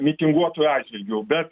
mitinguotojų atžvilgiu bet